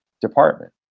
department